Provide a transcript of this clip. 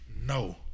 No